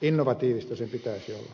innovatiivista sen pitäisi olla